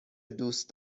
دوست